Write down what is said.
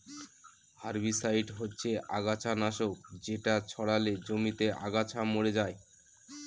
herbicide হচ্ছে আগাছা নাশক যেটা ছড়ালে জমিতে আগাছা মরে যায়